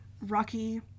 rocky